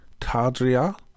Tadria